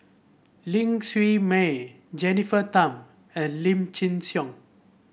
Ling Siew May Jennifer Tham and Lim Chin Siong